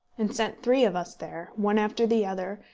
and sent three of us there, one after the other,